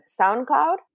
soundcloud